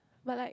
but like